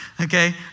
okay